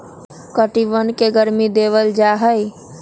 कीटवन के गर्मी देवल जाहई